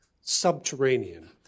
subterranean